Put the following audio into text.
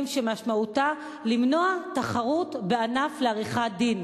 שמשמעותה למנוע תחרות בענף לעריכת-דין.